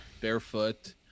barefoot